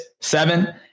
seven